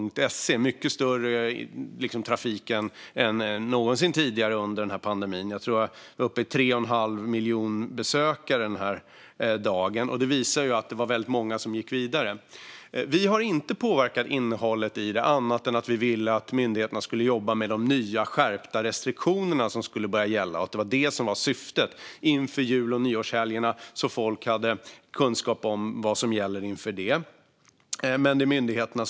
Det var mycket större trafik än någonsin tidigare under pandemin - jag tror att vi var uppe i 3 1⁄2 miljon besökare den här dagen, och det visar ju att det var många som gick vidare dit. Vi har inte påverkat innehållet i utskicket annat än att vi ville att myndigheterna skulle jobba med de nya, skärpta restriktionerna som skulle börja gälla och att det var detta som var syftet, så att folk skulle ha kunskap om vad som skulle gälla inför jul och nyårshelgerna.